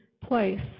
place